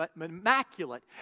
immaculate